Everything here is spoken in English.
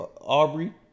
Aubrey